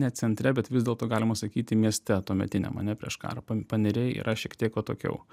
ne centre bet vis dėlto galima sakyti mieste tuometiniam ane prieš karą pa paneriai yra šiek tiek atokiau